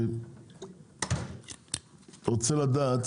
רוצה לדעת,